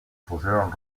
pusieron